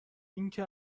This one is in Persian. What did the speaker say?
اینکه